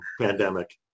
pandemic